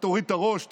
תוריד את הראש,